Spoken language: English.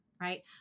Right